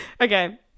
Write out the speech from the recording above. okay